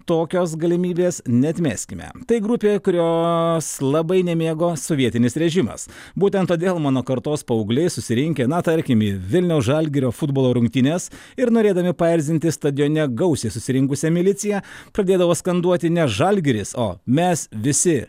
tokios galimybės neatmeskime tai grupė kurios labai nemėgo sovietinis režimas būtent todėl mano kartos paaugliai susirinkę na tarkim į vilniaus žalgirio futbolo rungtynes ir norėdami paerzinti stadione gausiai susirinkusią miliciją pradėdavo skanduoti ne žalgiris o mes visi